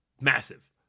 Massive